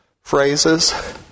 phrases